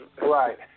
Right